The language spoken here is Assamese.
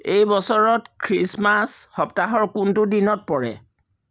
এই বছৰত খ্ৰীষ্টমাছ সপ্তাহৰ কোনটো দিনত পৰে